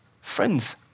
Friends